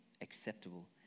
acceptable